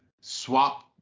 swap